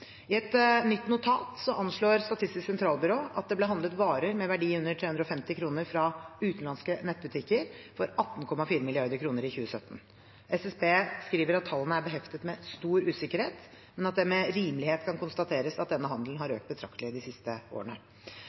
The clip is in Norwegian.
I et nytt notat anslår Statistisk sentralbyrå at det ble handlet varer med verdi under 350 kroner fra utenlandske nettbutikker for 18,4 mrd. kr i 2017. SSB skriver at tallene er beheftet med stor usikkerhet, men at det med rimelighet kan konstateres at denne handelen har økt betraktelig de siste årene.